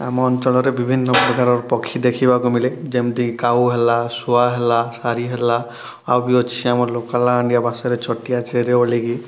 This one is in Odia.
ଆମ ଅଞ୍ଚଳରେ ବିଭିନ୍ନ ପ୍ରକାରର ପକ୍ଷୀ ଦେଖିବାକୁ ମିଳେ ଯେମିତି କି କାଉ ହେଲା ଶୁଆ ହେଲା ଶାରୀ ହେଲା ଆଉ ବି ଅଛି ଆମର କଲାହାଣ୍ଡିଆ ଭାଷାରେ ଛୋଟିଆ ଚେରି ବୋଲିକି